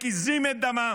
מקיזים את דמם.